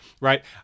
right